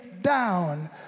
Down